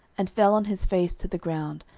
and fell on his face to the ground,